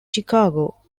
chicago